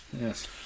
Yes